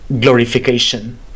glorification